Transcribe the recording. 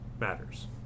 Matters